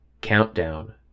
Countdown